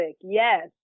yes